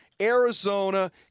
Arizona